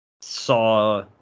saw